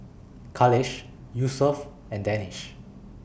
Khalish Yusuf and Danish